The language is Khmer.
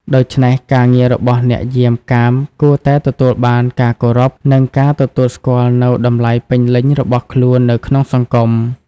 ដូច្នេះ ការងាររបស់អ្នកយាមកាមគួរតែទទួលបានការគោរព និងការទទួលស្គាល់នូវតម្លៃពេញលេញរបស់ខ្លួននៅក្នុងសង្គម។